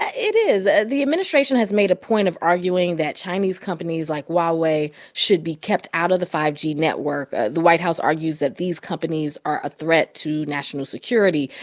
ah it is. is. ah the administration has made a point of arguing that chinese companies like huawei should be kept out of the five g network. ah the white house argues that these companies are a threat to national security.